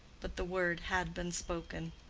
but the word had been spoken.